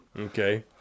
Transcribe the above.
Okay